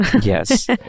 Yes